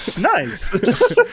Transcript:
nice